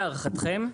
להערכתכם,